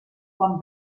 quan